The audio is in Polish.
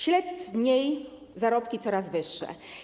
Śledztw mniej, zarobki coraz wyższe.